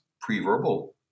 pre-verbal